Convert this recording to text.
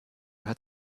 hat